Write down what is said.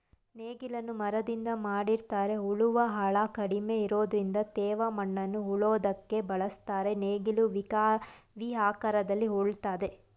ನೇಗಿಲನ್ನು ಮರದಿಂದ ಮಾಡಿರ್ತರೆ ಉಳುವ ಆಳ ಕಡಿಮೆ ಇರೋದ್ರಿಂದ ತೇವ ಮಣ್ಣನ್ನು ಉಳೋದಕ್ಕೆ ಬಳುಸ್ತರೆ ನೇಗಿಲು ವಿ ಆಕಾರದಲ್ಲಿ ಉಳ್ತದೆ